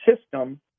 system